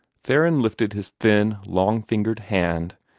theron lifted his thin, long-fingered hand,